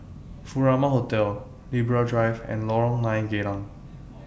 Furama Hotel Libra Drive and Lorong nine Geylang